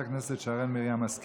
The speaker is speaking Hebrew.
תודה רבה לחברת הכנסת שרן מרים השכל.